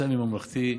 סמי-ממלכתי.